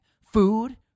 Food